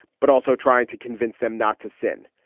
but also trying to convince them not to sin.